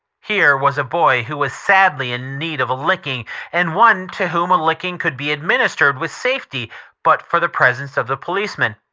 here was a boy who was sadly in need of a licking and one to whom a licking could be administered with safety but for the presence of the policeman.